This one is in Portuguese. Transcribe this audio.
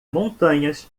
montanhas